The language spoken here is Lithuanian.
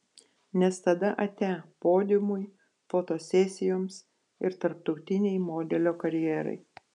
nes tada atia podiumui fotosesijoms ir tarptautinei modelio karjerai